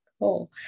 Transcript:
cool